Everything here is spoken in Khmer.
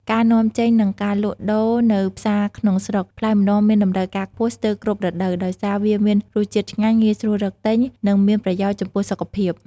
ការនាំចេញ និងការលក់ដូរនៅផ្សារក្នុងស្រុកផ្លែម្នាស់មានតម្រូវការខ្ពស់ស្ទើរគ្រប់រដូវ ដោយសារវាមានរសជាតិឆ្ងាញ់ ងាយស្រួលរកទិញ និងមានប្រយោជន៍ចំពោះសុខភាព។